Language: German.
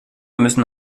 müssen